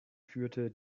führte